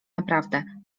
naprawdę